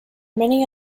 many